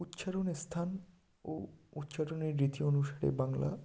উচ্চারণের স্থান ও উচ্চারণের রীতি অনুসারে বাংলা